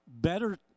better